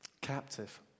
captive